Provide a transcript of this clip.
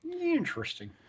Interesting